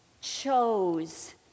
chose